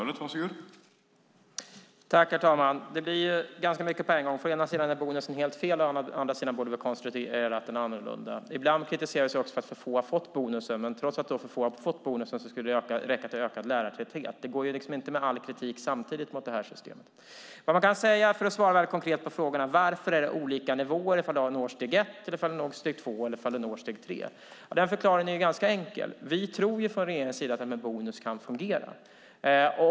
Herr talman! Det blir ganska mycket på en gång. Å ena sidan är bonusen helt fel, å andra sidan borde vi ha konstruerat den annorlunda. Ibland kritiseras vi också för att för få har fått bonusen, men trots att för få har fått den skulle det räcka till ökad lärartäthet. Det går inte att ha all kritik samtidigt mot systemet. För att svara konkret på frågan varför det är olika nivåer ifall du når steg ett, steg två eller steg tre kan jag säga att förklaringen är ganska enkel. Vi tror från regeringens sida att detta med bonus kan fungera.